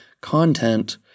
content